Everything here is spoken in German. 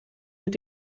mit